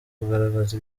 kugaragaza